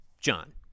john